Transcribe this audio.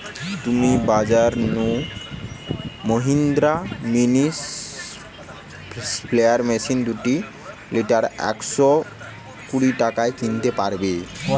তুমি বাজর নু মহিন্দ্রা মিনি স্প্রেয়ার মেশিন দুই লিটার একশ কুড়ি টাকায় কিনতে পারবে